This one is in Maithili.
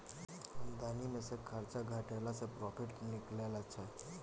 आमदनी मे सँ खरचा घटेला सँ प्रोफिट निकलै छै